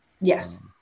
Yes